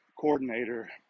coordinator